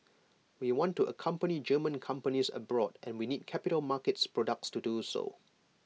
we want to accompany German companies abroad and we need capital markets products to do so